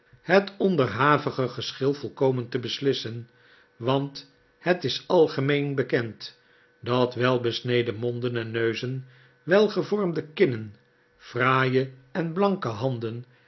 het onderhavige geschil volkomen te beslissen want het is algemeen bekend dat welbesneden monden en neuzen welgevormde kinnen fraaie en blanke handen